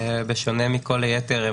בשונה מכל היתר,